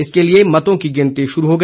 इसके लिए मतों के गिनती शुरू हो गई है